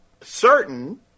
certain